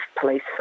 police